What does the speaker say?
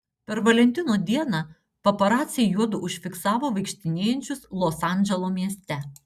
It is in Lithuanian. per valentino dieną paparaciai juodu užfiksavo vaikštinėjančius los andželo mieste